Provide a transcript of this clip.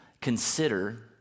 consider